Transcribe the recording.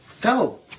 Go